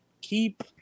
keep